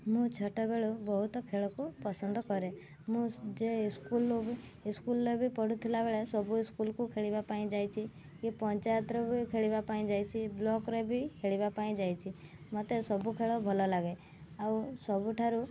ମୁଁ ଛୋଟବେଳୁ ବହୁତ ଖେଳକୁ ପସନ୍ଦ କରେ ମୁଁ ଯେ ସ୍କୁଲ୍ରୁ ସ୍କୁଲ୍ରେ ବି ପଢୁଥିଲା ବେଳେ ସବୁ ସ୍କୁଲ୍କୁ ଖେଳିବା ପାଇଁ ଯାଇଛି ଏ ପଞ୍ଚାୟତରୁ ବି ଖେଳିବା ପାଇଁ ଯାଇଛି ବ୍ଲକ୍ରେ ବି ଖେଳିବା ପାଇଁ ଯାଇଛି ମୋତେ ସବୁ ଖେଳ ଭଲ ଲାଗେ ଆଉ ସବୁଠାରୁ